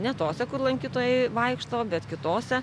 ne tose kur lankytojai vaikšto bet kitose